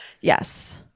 yes